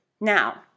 Now